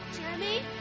Jeremy